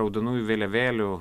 raudonųjų vėliavėlių